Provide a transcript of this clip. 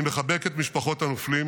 אני מחבק את משפחות הנופלים.